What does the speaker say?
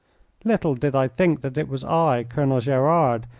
little did i think that it was i, colonel gerard,